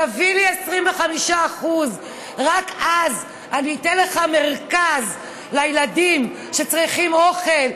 תביא לי 25% ורק אז אני אתן לך מרכז לילדים שצריכים אוכל,